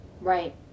Right